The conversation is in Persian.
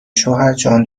شوهرجان